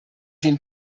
den